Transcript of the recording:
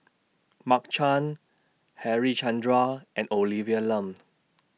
Mark Chan Harichandra and Olivia Lum